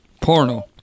Porno